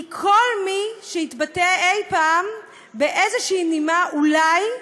כי כל מי שהתבטא אי-פעם באיזושהי נימה, אולי,